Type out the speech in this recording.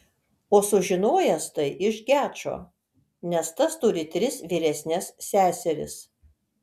o sužinojęs tai iš gečo nes tas turi tris vyresnes seseris